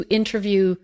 interview